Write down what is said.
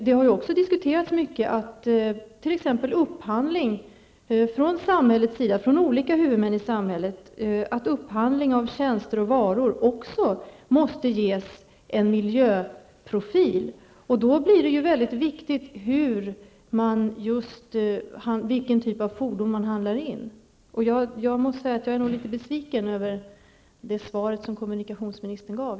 Det har också diskuterats att t.ex. upphandling från olika huvudmän i samhället av varor och tjänster måste ges en miljöprofil. Då blir det viktigt vilken typ av fordon man inhandlar. Jag måste säga att jag är besviken över kommunikationsministerns svar.